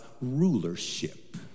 rulership